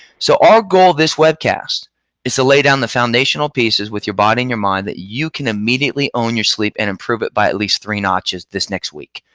so our goal this webcast is to lay down the foundational pieces with your body and your mind that you can immediately own your sleep and improve it by at least three notches this next week.